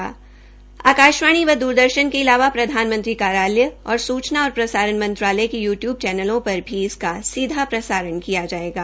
इस कार्यक्रम का आकाशवाणी व दूरदर्शन के अलावा प्रधानमंत्री कार्यालय और सूचना और प्रसारण मंत्रालय के यूटूब चैनलों पर भी सीधा प्रसारण किया जायेगा